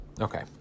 Okay